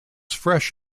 fresh